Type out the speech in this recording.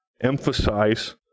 emphasize